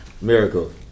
Miracle